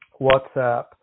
WhatsApp